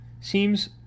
seems